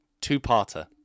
two-parter